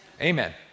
Amen